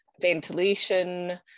ventilation